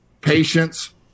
patience